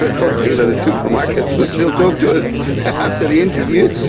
ah hoping that the supermarkets will still talk to us after the interview.